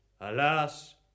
alas